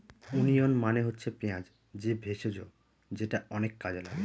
onion মানে হচ্ছে পেঁয়াজ যে ভেষজ যেটা অনেক কাজে লাগে